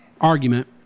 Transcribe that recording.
Argument